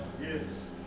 Yes